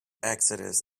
exodus